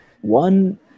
one